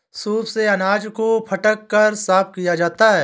soup से अनाज को फटक कर साफ किया जाता है